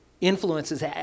influences